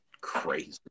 crazy